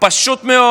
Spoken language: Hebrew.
פשוט מאוד.